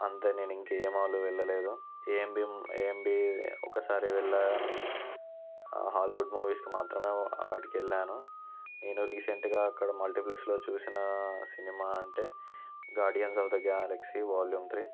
అంతే నేను ఇంకే మాల్ వెళ్ళలేదు ఏం బి ఏఎంబి ఒకసారి వెళ్ళాను హాలీవుడ్ మూవీస్కి మాత్రమే వాటికి వెళ్లాను నేను రీసెంట్గా అక్కడ మల్టీప్లెక్స్లో చూసిన సినిమా అంటే guardians of the galaxy volume three